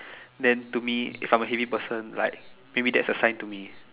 then to me if I'm a heavy person like maybe that's a sign to me